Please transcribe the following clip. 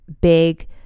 big